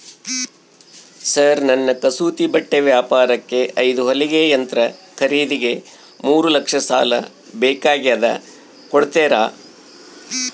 Sir ನನ್ನ ಕಸೂತಿ ಬಟ್ಟೆ ವ್ಯಾಪಾರಕ್ಕೆ ಐದು ಹೊಲಿಗೆ ಯಂತ್ರ ಖರೇದಿಗೆ ಮೂರು ಲಕ್ಷ ಸಾಲ ಬೇಕಾಗ್ಯದ ಕೊಡುತ್ತೇರಾ?